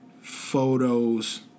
photos